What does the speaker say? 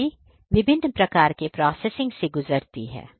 सामग्री विभिन्न प्रकार के प्रोसेसिंगसे गुजरती हैं